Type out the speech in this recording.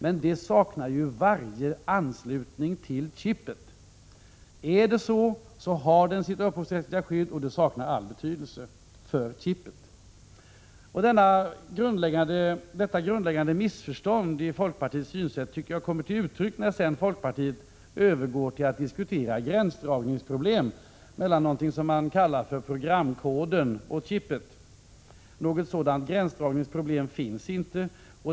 Men ett sådant resonemang saknar varje anknytning till chipet, som inte har sitt upphovsrättsliga skydd. Dessa överväganden saknar då all betydelse för chipet. Detta grundläggande missförstånd i folkpartiets synsätt tycker jag kommer till uttryck när folkpartiet övergår till att diskutera problem med gränsdragningen mellan någonting som man kallar programkoden och chipet. Något sådant gränsdragningsproblem finns inte.